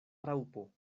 raŭpo